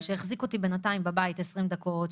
שהחזיק אותי בינתיים בבית 20 דקות,